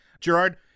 Gerard